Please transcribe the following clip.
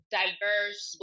diverse